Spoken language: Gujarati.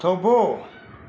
થોભો